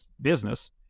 business